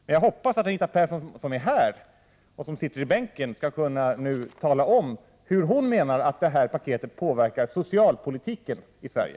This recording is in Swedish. Men jag hoppas att Anita Persson som sitter i sin bänk nu skall kunna tala om hur hon anser att detta paket påverkar socialpolitiken i Sverige.